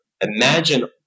imagine